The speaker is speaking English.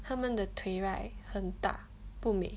他们的腿 right 很大不美